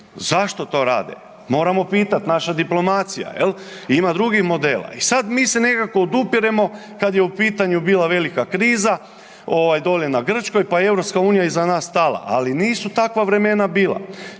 Zašto to rade moramo pitati naša diplomacija. Jel'? Ima drugih modela. I sada mi se nekako odupiremo kada je u pitanju bila velika kriza dolje na Grčkoj pa je Europska unija iza nas stala. Ali nisu takva vremena bila.